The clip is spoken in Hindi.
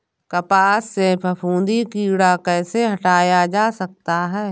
कपास से फफूंदी कीड़ा कैसे हटाया जा सकता है?